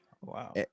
Wow